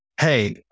Hey